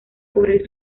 cubrir